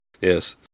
yes